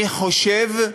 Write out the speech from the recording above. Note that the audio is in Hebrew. אני חושב,